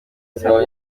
nsaba